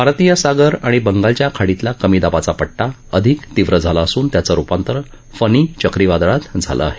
भारतीय सागर आणि बंगालच्या खाडीतला कमी दाबाचा पट्टा अधिक तीव्र झाला असून त्याचं रुपांतर फनी चक्रीवादळात झालं आहे